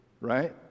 right